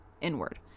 inward